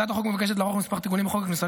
הצעת החוק מבקשת לערוך כמה תיקונים בחוק הכניסה